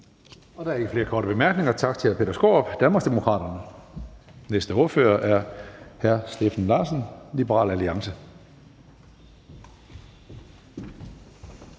Der er ikke flere korte bemærkninger. Tak til hr. Peter Skaarup, Danmarksdemokraterne. Næste ordfører er hr. Steffen Larsen, Liberal Alliance.